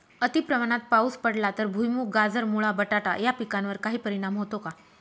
अतिप्रमाणात पाऊस पडला तर भुईमूग, गाजर, मुळा, बटाटा या पिकांवर काही परिणाम होतो का?